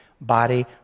body